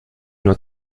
nur